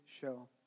show